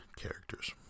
characters